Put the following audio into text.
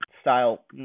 style